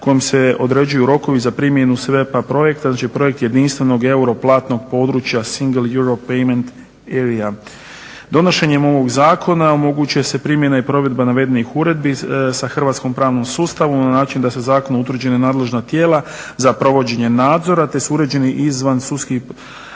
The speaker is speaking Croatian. kojoj se određuje rokovi za primjenu SVEPA projekta znači projekt jedinstvenog euro platnog područja Single Euro Payments Area. Donošenjem ovog zakona omogućuje se primjena i provedba navedenih uredbi sa hrvatskim pravnom sustavom na način da se zakonom utvrđena nadležna tijela za provođenje nadzora te su uređeni izvan sudski